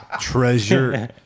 Treasure